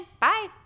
Bye